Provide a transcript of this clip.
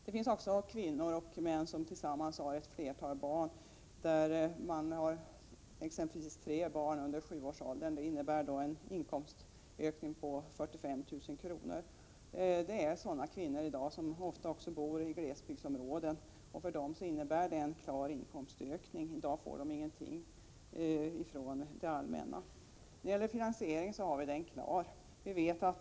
Det finns kvinnor och män som tillsammans har ett flertal barn, där exempelvis tre barn är under sju års ålder. Det innebär en inkomstökning på 45 000 kr. Det gäller i dag ofta kvinnor som bor i glesbygdsområden. För dem innebär det en klar inkomstökning. De får i dag ingenting ifrån det allmänna. Vi har finansieringen klar.